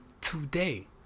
Today